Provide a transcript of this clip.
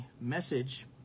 message